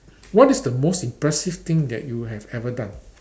what is the most impressive thing that you have ever done